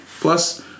Plus